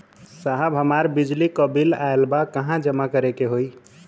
साहब हमार बिजली क बिल ऑयल बा कहाँ जमा करेके होइ?